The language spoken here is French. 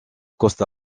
costa